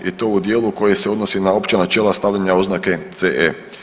I to dijelu koje se odnosi na opća načela stavljanja oznake CE.